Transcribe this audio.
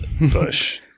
bush